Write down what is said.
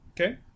Okay